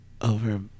over